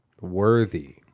Worthy